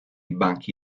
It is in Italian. banchi